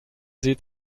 sieht